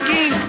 King